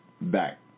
back